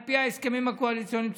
על פי ההסכמים הקואליציוניים,